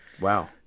Wow